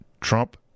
Trump